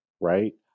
right